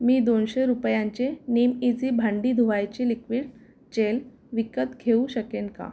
मी दोनशे रुपयांचे नीम ईझी भांडी धुवायचे लिक्विड जेल विकत घेऊ शकेन का